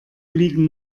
liegen